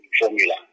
formula